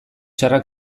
txarra